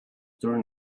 turn